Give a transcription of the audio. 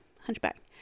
Hunchback